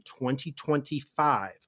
2025